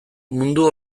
mundu